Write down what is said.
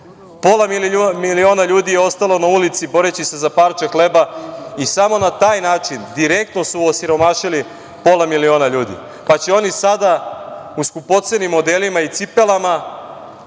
Pola miliona ljudi je ostalo na ulici boreći se za parče hleba. Samo na taj način direktno su osiromašili pola miliona ljudi, pa će oni sada u skupocenim odelima i cipelama,